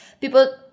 people